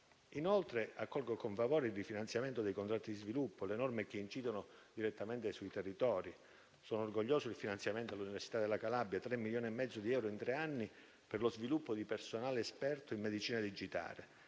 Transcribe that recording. Inoltre, accolgo con favore il rifinanziamento dei contratti di sviluppo e le norme che incidono direttamente sui territori. Sono orgoglioso del finanziamento all'università della Calabria, tre milioni e mezzo di euro in tre anni, per lo sviluppo di personale esperto in medicina digitale,